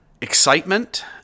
excitement